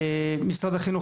משרד החינוך,